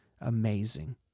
amazing